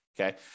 Okay